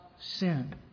sin